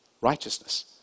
righteousness